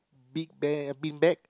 big bear bean bag